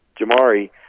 Jamari